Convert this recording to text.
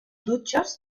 dutxes